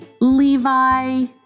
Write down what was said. Levi